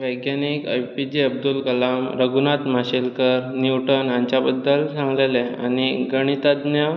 वैज्ञानीक A P J Abdul Kalam Raghunath Mashelkar Newton हांचे बद्दल सांगलेले आनी गणिताज्ञ